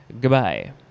goodbye